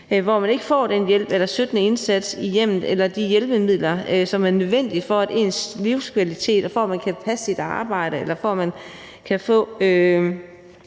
hvor man ikke får den hjælp eller støttende indsats i hjemmet eller de hjælpemidler, som er nødvendige for ens livskvalitet og for, at man kan passe sit arbejde, eller for, at man kan få